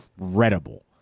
incredible